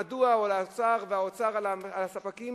הוא על האוצר והאוצר על הספקים,